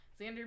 Xander